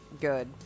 good